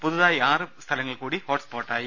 പുതുതായി ആറ് സ്ഥലങ്ങൾ കൂടി ഹോട്സ്പോട്ടായി